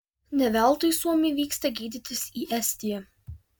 ne veltui suomiai vyksta gydytis į estiją